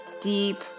deep